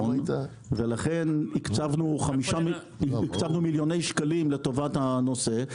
לכן הקצבנו מיליוני שקלים לטובת הנושא,